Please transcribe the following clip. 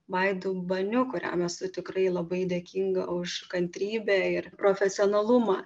vaidu baniu kuriam esu tikrai labai dėkinga už kantrybę ir profesionalumą